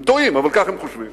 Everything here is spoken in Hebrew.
הם טועים, אבל כך הם חושבים,